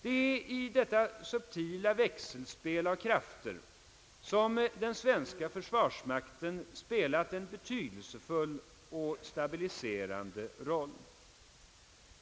Det är i detta subtila växelspel av krafter som den svenska försvarsmakten spelar en betydelsefull och stabiliserande roll.